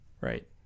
right